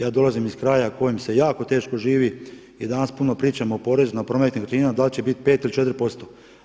Ja dolazim iz kraja u kojem se jako teško živi i danas puno pričamo o porezu na promet nekretninama, da li će biti 5 ili 4 posto.